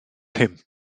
pump